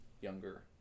younger